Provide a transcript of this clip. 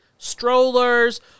strollers